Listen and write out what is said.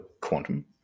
quantum